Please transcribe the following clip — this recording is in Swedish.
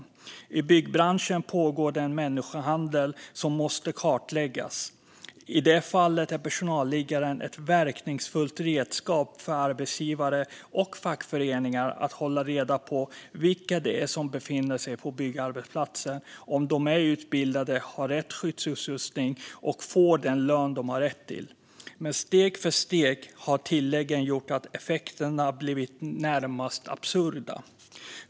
I till exempel byggbranschen pågår det en människohandel som måste kartläggas. I det fallet är personalliggaren ett verkningsfullt redskap för arbetsgivare och fackföreningar för att hålla reda på vilka som befinner sig på byggarbetsplatsen och om de är utbildade, har rätt skyddsutrustning och får den lön de har rätt till. Steg för steg har dock tilläggen gjort att effekterna blivit närmast absurda.